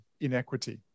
inequity